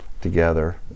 together